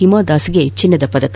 ಹಿಮಾದಾಸ್ಗೆ ಚಿನ್ನದ ಪದಕ